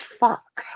fuck